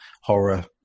horror